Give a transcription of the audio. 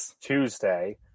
Tuesday